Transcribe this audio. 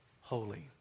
holy